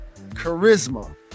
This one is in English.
charisma